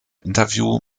interview